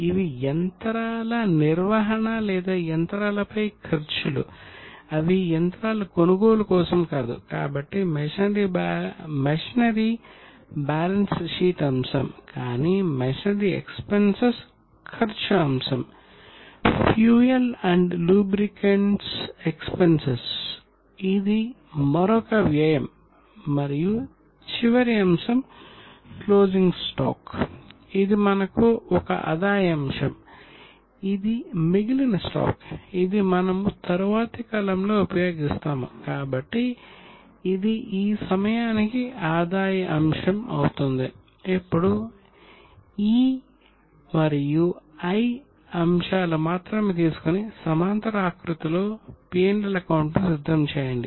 ఇప్పుడు E మరియు I అంశాలు మాత్రమే తీసుకొని సమాంతర ఆకృతిలో P L అకౌంట్ ను సిద్ధం చేయండి